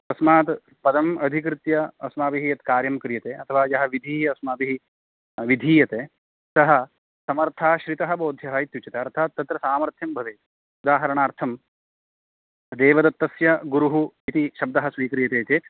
तस्मात् पदम् अधिकृत्य अस्माभिः यत् कार्यं क्रियते अथवा यः विधिः अस्माभिः विधीयते सः समर्थाश्रितः बोध्यः इत्युच्यते अर्थात् तत्र सामर्थ्यं भवेत् उदाहरणार्थं देवदत्तस्य गुरुः इति शब्दः स्वीक्रियते चेत्